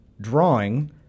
drawing –